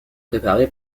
préparé